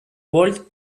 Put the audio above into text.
walled